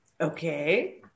Okay